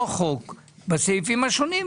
לא חוק בסעיפים השונים,